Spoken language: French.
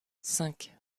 cinq